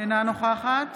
אינה נוכחת